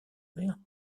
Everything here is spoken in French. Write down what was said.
mer